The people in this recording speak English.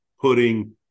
putting